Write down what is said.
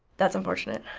that's unfortunate.